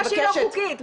מי קבע שהיא לא חוקית?